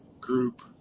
group